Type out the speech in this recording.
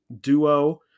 duo